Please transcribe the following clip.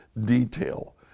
detail